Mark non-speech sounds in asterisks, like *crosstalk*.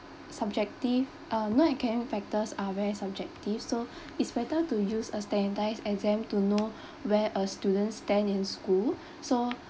subjective uh non academic factors are very subjective so *breath* it's better to use a standardize exam to know *breath* where a student stand in school *breath* so